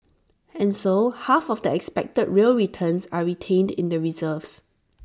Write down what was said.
and so half of the expected real returns are retained in the reserves